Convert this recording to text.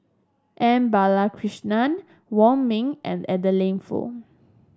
M Balakrishnan Wong Ming and Adeline Foo